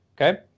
okay